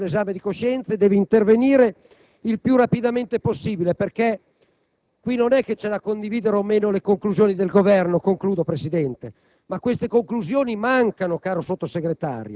tante perplessità che deve farsi un esame di coscienza e deve intervenire il più rapidamente possibile, perché qui non è che c'è da condividere o meno le conclusioni del Governo: queste